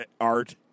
art